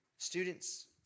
Students